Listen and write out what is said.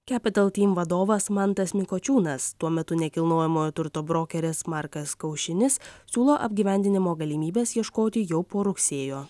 capital team vadovas mantas mikučiūnas tuo metu nekilnojamojo turto brokeris markas kaušinis siūlo apgyvendinimo galimybės ieškoti jau po rugsėjo